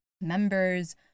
members